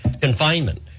confinement